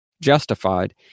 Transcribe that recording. justified